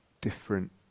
different